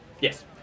Yes